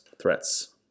threats